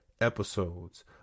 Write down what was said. episodes